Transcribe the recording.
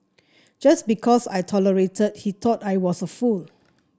just because I tolerated he thought I was a fool